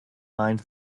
mind